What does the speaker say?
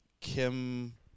kim